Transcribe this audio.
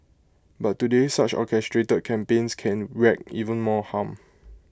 but today such orchestrated campaigns can wreak even more harm